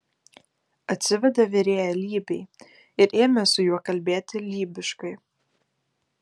atsivedė virėją lybį ir ėmė su juo kalbėti lybiškai